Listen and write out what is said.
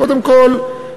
קודם כול,